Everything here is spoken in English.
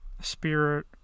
spirit